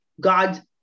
God